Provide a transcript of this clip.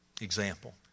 Example